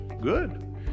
good